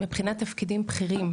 שמבחינת תפקידים בכירים,